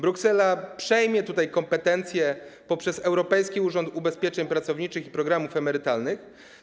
Bruksela przejmie tutaj kompetencje poprzez europejski urząd ubezpieczeń pracowniczych i programów emerytalnych.